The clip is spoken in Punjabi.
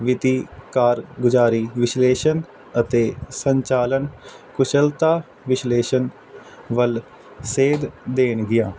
ਵਿੱਤੀ ਕਾਰਗੁਜ਼ਾਰੀ ਵਿਸ਼ਲੇਸ਼ਣ ਅਤੇ ਸੰਚਾਲਨ ਕੁਸ਼ਲਤਾ ਵਿਸ਼ਲੇਸ਼ਣ ਵੱਲ ਸੇਧ ਦੇਣਗੀਆਂ